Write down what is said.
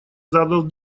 задал